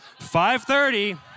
5.30